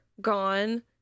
gone